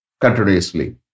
continuously